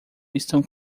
estão